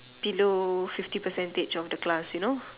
below fifty percentage for the class you know